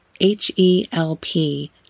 H-E-L-P